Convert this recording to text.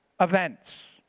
events